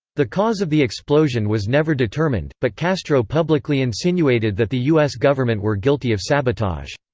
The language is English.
the cause of the explosion was never determined, but castro publicly insinuated that the us government were guilty of sabotage.